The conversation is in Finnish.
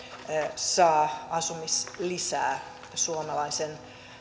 saa asumislisää suomalaisen